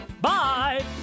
Bye